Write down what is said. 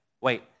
wait